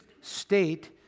state